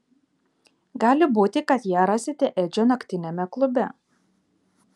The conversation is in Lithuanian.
gali būti kad ją rasite edžio naktiniame klube